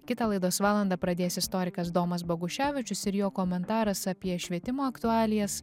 kitą laidos valandą pradės istorikas domas boguševičius ir jo komentaras apie švietimo aktualijas